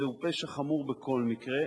זהו פשע חמור בכל מקרה,